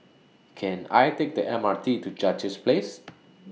Can I Take The M R T to Duchess Place